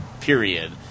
period